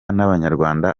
n’abanyarwanda